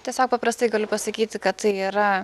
tiesiog paprastai galiu pasakyti kad tai yra